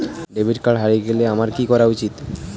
Debit card হারিয়ে গেলে আমার কি করা উচিৎ?